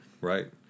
right